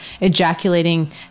ejaculating